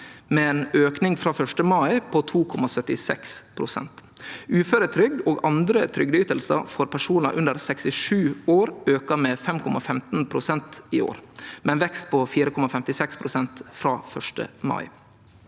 med en økning fra 1. mai på 2,76 pst. Uføretrygd og andre trygdeytelser til personer under 67 år øker med 5,15 pst. i år, med en vekst på 4,56 pst. fra 1. mai.